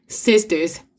sisters